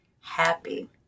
happy